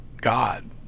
god